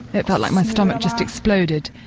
it felt like my stomach just exploded,